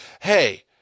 Hey